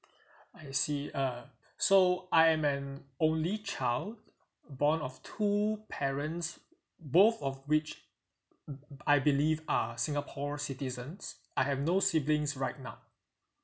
I see uh so I am an only child born of two who parents both of which mm I believe are singapore citizens I have no siblings right now